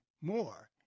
more